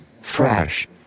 Fresh